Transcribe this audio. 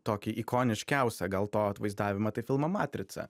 tokį ikoniškiausią gal to atvaizdavimą tai filmą matrica